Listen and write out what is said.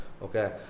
Okay